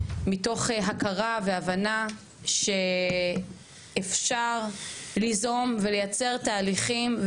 מתוך הכרה והבנה שאפשר ליזום ולייצר תהליכים,